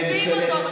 מלטפים אותו,